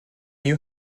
you